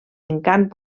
encant